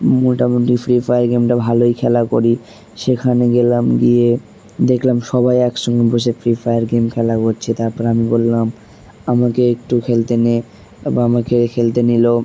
মোটামুটি Free Fire গেমটা ভালোই খেলা করি সেখানে গেলাম গিয়ে দেখলাম সবাই একসঙ্গে বসে ফ্রি ফায়ার গেম খেলা করছে তারপর আমি বললাম আমাকে একটু খেলতে নে বা আমাকে খেলতে নিল